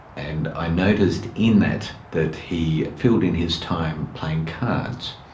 and i noticed in that that he filled in his time playing cards,